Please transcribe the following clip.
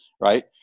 right